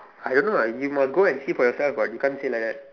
I don't know lah you must go and see for yourself you can't say like that